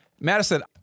Madison